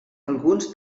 alguns